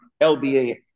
LBA